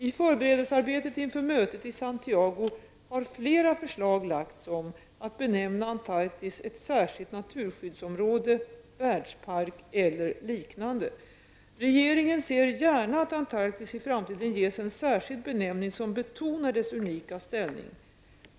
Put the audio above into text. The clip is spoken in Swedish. I förberedelsearbetet inför mötet i Santiago har flera förslag lagts om att benämna Antarktis ett särskilt naturskyddsområde, världspark eller liknande. Regeringen ser gärna att Antarktis i framtiden ges en särskild benämning som betonar dess unika ställning.